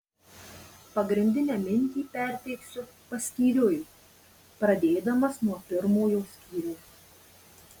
pagrindinę mintį perteiksiu paskyriui pradėdamas nuo pirmojo skyriaus